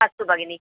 अस्तु भगिनि